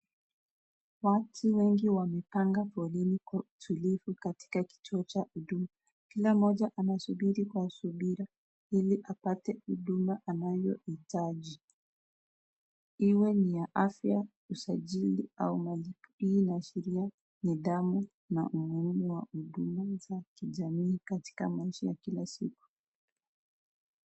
Watu wengi wamepanga foleni kwa utulifu katika kituo cha huduma kila mmoja anasubiri kwa usubira ili apate huduma anayohitaji iwe ni ya afya, usajili au unaoashiria nidhamu na umuhimu wa umoja kijamii katika maisha ya kila siku.